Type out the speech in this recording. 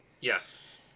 Yes